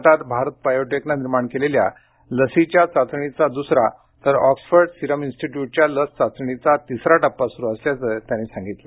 भारतात भारत बायोटेकनं निर्माण केलेल्या लसीच्या चाचणीचा दुसरा तर ऑक्सफर्ड सिरम इन्स्टीट्यूटच्या लसचाचणीचा तिसरा टप्पा सुरू असल्याचं त्यांनी सांगितलं